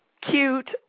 cute